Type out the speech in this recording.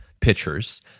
pitchers